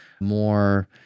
more